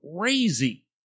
crazy